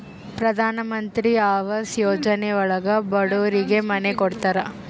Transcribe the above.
ಪ್ರಧನಮಂತ್ರಿ ಆವಾಸ್ ಯೋಜನೆ ಒಳಗ ಬಡೂರಿಗೆ ಮನೆ ಕೊಡ್ತಾರ